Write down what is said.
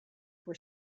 were